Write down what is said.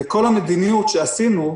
כל המדיניות שעשינו,